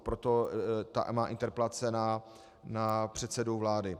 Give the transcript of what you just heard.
Proto ta má interpelace na předsedu vlády.